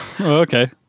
Okay